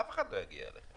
אף אחד לא יגיע אליכם.